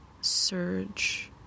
surge